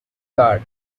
guard